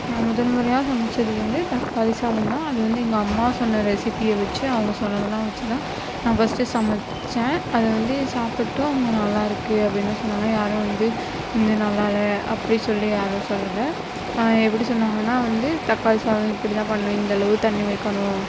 நான் முதல்முறையாக சமைச்சது வந்து தக்காளி சாதம் தான் அது வந்து எங்கள் அம்மா சொன்ன ரெசிப்பியை வச்சு அவங்க சொன்னதுலாம் வச்சு தான் நான் ஃபர்ஸ்ட் சமைச்சேன் அது வந்து சாப்பிட்டு அவங்க நல்லாருக்குது அப்படினு சொன்னாங்க யாரும் வந்து வந்து நல்லாயில்ல அப்படி சொல்லி யாரும் சொல்லலை எப்படி சொன்னாங்கனா வந்து தக்காளி சாதம் இப்படி தான் பண்ணணும் இந்தளவு தண்ணி வைக்கணும்